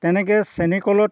তেনেকে চেনী কলত